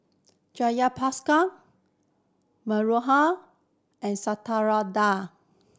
Jayaprakash Manohar and Satyendra